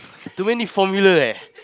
too many formula eh